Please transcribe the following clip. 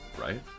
right